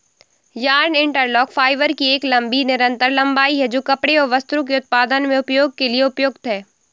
yarn interlock fibre की एक लंबी निरंतर लंबाई है, जो कपड़े और वस्त्रों के उत्पादन में उपयोग के लिए उपयुक्त है